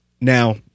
Now